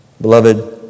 Beloved